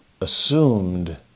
assumed